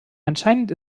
anscheinend